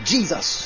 Jesus